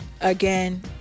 again